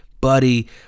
Buddy